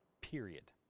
Period